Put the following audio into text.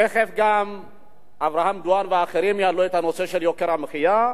תיכף גם אברהם דואן ואחרים יעלו את הנושא של יוקר המחיה.